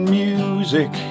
music